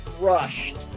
rushed